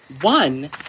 One